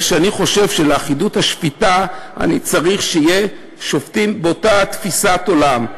אני חושב שלאחידות השפיטה אני צריך שיהיו שופטים באותה תפיסת עולם,